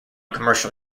commercial